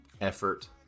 effort